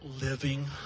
living